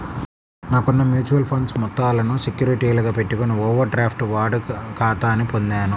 నాకున్న mutual funds మొత్తాలను సెక్యూరిటీలుగా పెట్టుకొని ఓవర్ డ్రాఫ్ట్ వాడుక ఖాతాని పొందాను